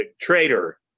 traitor